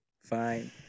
fine